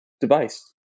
device